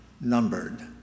numbered